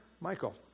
Michael